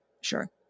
Sure